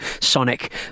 Sonic